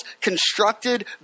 constructed